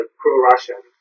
pro-Russian